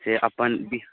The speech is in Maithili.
से अपन बि